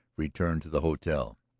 returned to the hotel.